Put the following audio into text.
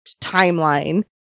timeline